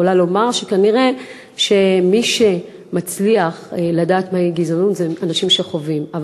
יכולה לומר שכנראה מי שמצליח לדעת מה זה גזענות זה אנשים שחווים זאת.